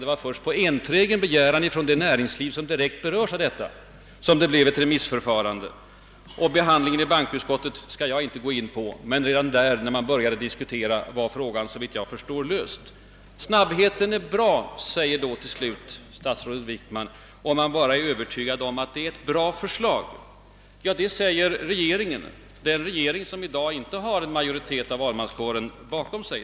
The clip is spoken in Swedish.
Det var först på enträgen begäran från det näringsliv som direkt berördes av förslaget som man gick med på att remittera det. Behandlingen i bankoutskottet skall jag inte gå in på; redan när man började diskutera där var frågan såvitt jag förstår avgjord. Snabbheten är »bra», sade statsrådet Wickman till slut, om man bara är övertygad om att det är ett »bra» förslag. Ja, det säger den regering som i dag inte har en majoritet av valmanskåren bakom sig.